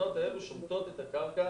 האלה שומטות את הקרקע